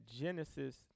Genesis